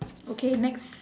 okay next